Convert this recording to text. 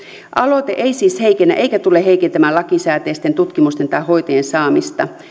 aloite ei siis heikennä eikä tule heikentämään lakisääteisten tutkimusten tai hoitajien saamista